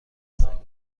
پدسگا